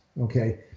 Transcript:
okay